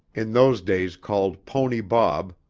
in those days called pony bob,